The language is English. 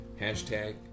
hashtag